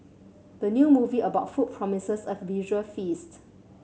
the new movie about food promises a visual feast